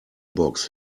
box